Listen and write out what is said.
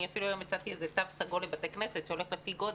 אני אפילו היום הצעתי איזה תו סגול לבתי כנסת שהולך על פי גודל.